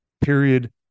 Period